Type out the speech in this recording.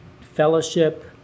fellowship